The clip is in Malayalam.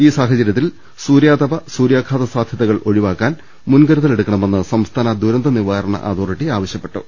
ഈ സാഹചര്യത്തിൽ സൂര്യാതപ സൂര്യാഘാത സാധ്യത ഒഴിവാക്കാൻ മുൻക രുതൽ എടുക്കണമെന്ന് സംസ്ഥാന ദുരന്തനിവാരണ അതോറിറ്റി ആവശ്യപ്പെട്ടു